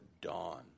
dawn